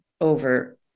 over